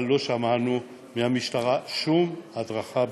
אבל לא שמענו מהמשטרה שום הדרכה,